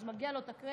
אז מגיע לו את הקרדיט,